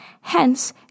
Hence